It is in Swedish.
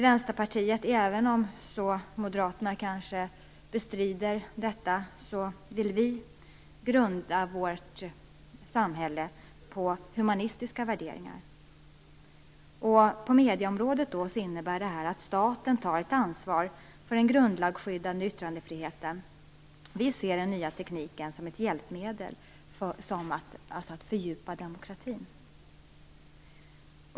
Även om moderaterna kanske bestrider det, så vill vi i Vänsterpartiet grunda vårt samhälle på humanistiska värderingar. På medieområdet innebär det att staten skall ta ett ansvar för den grundlagsskyddade yttrandefriheten. Vi ser den nya tekniken som ett hjälpmedel att fördjupa demokratin.